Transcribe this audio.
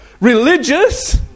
religious